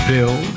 Bill